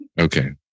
Okay